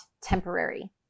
temporary